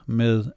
med